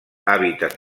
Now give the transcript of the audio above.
hàbitats